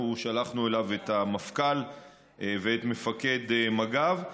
שלחנו אליהן את המפכ"ל ואת מפקד מג"ב.